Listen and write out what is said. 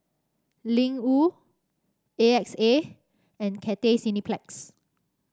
Ling Wu A X A and Cathay Cineplex